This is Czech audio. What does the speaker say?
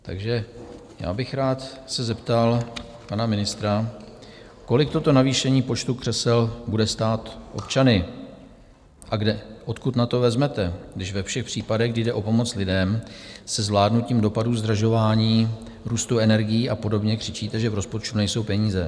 Takže já bych rád se zeptal pana ministra, kolik toto navýšení počtu křesel bude stát občany a odkud na to vezmete, když ve všech případech, kdy jde o pomoc lidem se zvládnutím dopadů zdražování, růstu energií a podobně křičíte, že v rozpočtu nejsou peníze?